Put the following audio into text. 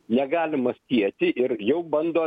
negalima sieti ir jau bando